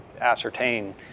ascertain